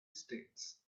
states